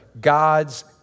God's